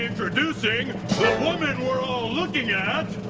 reintroducing the woman we're ah looking at.